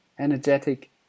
energetic